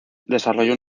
desarrolló